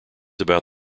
about